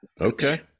Okay